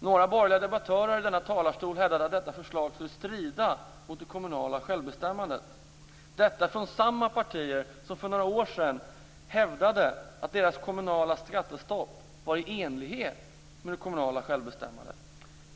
Några borgerliga debattörer har i denna talarstol hävdat att detta förslag skulle strida mot det kommunala självbestämmandet - detta från samma partier som för några år sedan hävdade att deras kommunala skattestopp var i enlighet med det kommunala självbestämmandet,